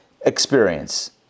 experience